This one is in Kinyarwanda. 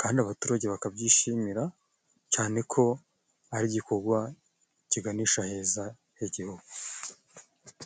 kandi abaturage bakabyishimira cane ko ari igikogwa kiganisha heza h'igihugu.